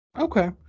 okay